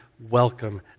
welcome